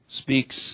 speaks